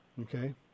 Okay